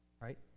Right